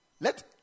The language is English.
let